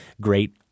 great